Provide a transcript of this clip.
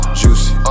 juicy